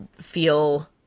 feel